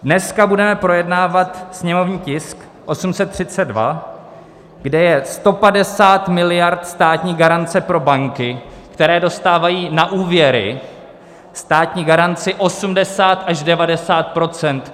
Dneska budeme projednávat sněmovní tisk 832, kde je 150 miliard státní garance pro banky, které dostávají na úvěry, státní garanci 80 až 90 %.